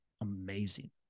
amazing